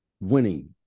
winning